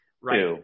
right